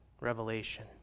revelation